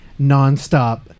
nonstop